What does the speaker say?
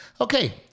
Okay